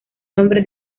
nombre